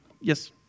Yes